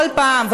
כל פעם.